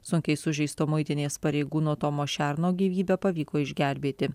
sunkiai sužeisto muitinės pareigūno tomo šerno gyvybę pavyko išgelbėti